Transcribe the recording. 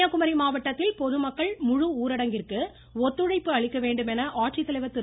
கன்னியாகுமரி மாவட்டத்தில் பொதுமக்கள் முழு ஊரடங்கிற்கு ஒத்துழைப்பு அளிக்க வேண்டும் என ஆட்சித்தலைவர் திரு